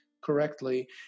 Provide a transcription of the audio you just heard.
correctly